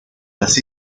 las